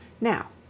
Now